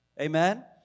Amen